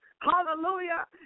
Hallelujah